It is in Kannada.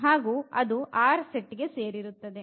ಹಾಗು ಅದು R ಸೆಟ್ ಗೆ ಸೇರಿರುತ್ತದೆ